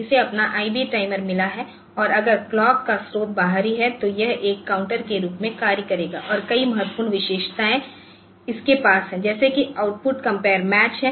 इसे अपना IB timer मिला है और अगर क्लॉक का स्रोत बाहरी है तो यह एक काउंटर के रूप में कार्य करेगा और कई महत्वपूर्ण विशेषता इसके पास हैजैसे कीआउटपुट कंपेयर मैच है